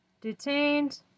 Detained